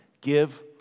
Give